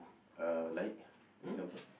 uh like example